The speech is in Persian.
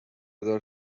هزار